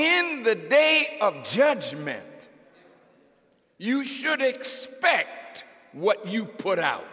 in the day of judgment you should expect what you put out